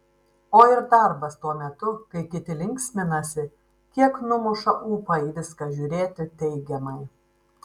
o ir darbas tuo metu kai kiti linksminasi kiek numuša ūpą į viską žiūrėti teigiamai